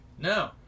No